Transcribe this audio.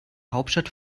hauptstadt